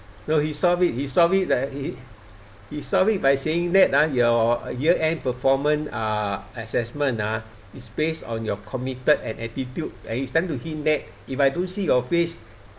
no he solve it he solve it that he solve it by saying that ah your year end performance uh assessment ah is based on your committed and attitude and he's trying to hint that if I don't see your face